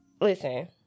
Listen